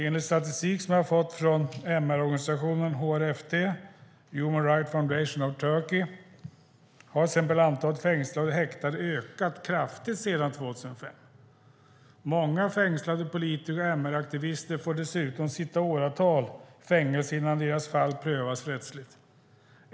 Enligt statistik som jag har fått från MR-organisationen HRFT, Human Rights Foundation of Turkey, har till exempel antalet fängslade och häktade ökat kraftigt sedan 2005. Många fängslade politiker och MR-aktivister får dessutom sitta i fängelse i åratal innan deras fall prövas rättsligt.